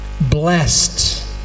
Blessed